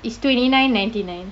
is twenty nine ninety nine